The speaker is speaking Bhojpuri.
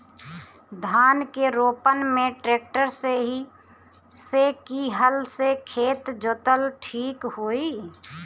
धान के रोपन मे ट्रेक्टर से की हल से खेत जोतल ठीक होई?